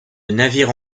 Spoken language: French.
navire